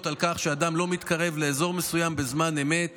בכך שאדם לא מתקרב לאזור מסוים בזמן אמת